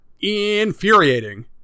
Infuriating